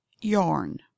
yarn